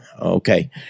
Okay